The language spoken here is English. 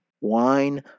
Wine